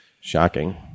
shocking